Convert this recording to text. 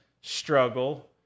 struggle